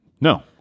No